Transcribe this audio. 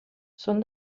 són